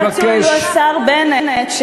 היה רצוי שהשר בנט,